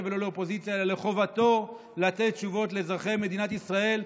ולא לאופוזיציה אלא לחובתו לתת תשובות לאזרחי מדינת ישראל,